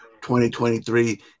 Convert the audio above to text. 2023